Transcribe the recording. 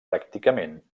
pràcticament